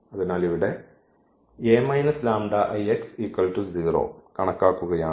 അതിനാൽ ഇവിടെ ഈ കണക്കാക്കുകയാണെങ്കിൽ